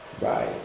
Right